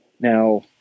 Now